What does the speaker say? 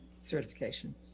certification